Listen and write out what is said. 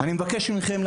אני מבקש מכם,